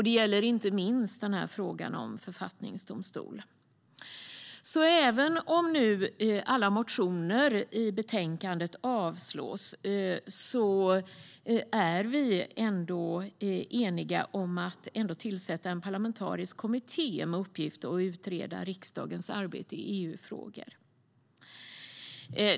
Det gäller inte minst frågan om författningsdomstol. Även om alla motioner i betänkandet kommer att avslås är vi eniga om att tillsätta en parlamentarisk kommitté med uppgift att utreda riksdagens arbete med EU-frågor.